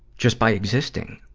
just by existing.